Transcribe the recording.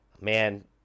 Man